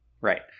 right